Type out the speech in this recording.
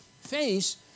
face